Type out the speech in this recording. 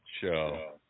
Show